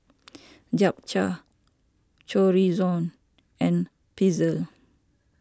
Japchae Chorizo and Pretzel